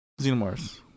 Xenomorphs